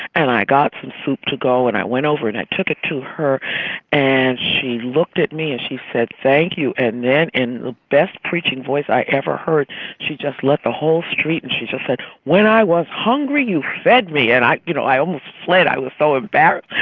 and i got some soup to go and i went over and i took it to her and she looked at me and she said thank you. and then in the best preaching voice i ever heard she just let the whole street, and she just said, when i was hungry you fed me. and i, you know, i almost fled i was so embarrassed.